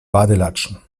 badelatschen